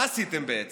מה עשיתם, בעצם?